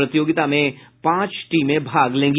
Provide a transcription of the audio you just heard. प्रतियोगिता में पांच टीमें भाग लेगी